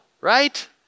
right